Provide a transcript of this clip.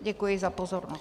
Děkuji za pozornost.